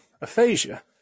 aphasia